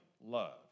love